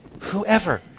Whoever